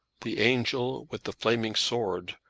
the angel with the flaming sword,